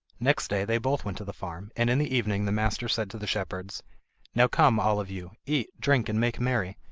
next day they both went to the farm, and in the evening the master said to the shepherds now come, all of you, eat, drink, and make merry.